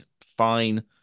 fine